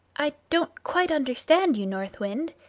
i don't quite understand you, north wind.